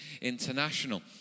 International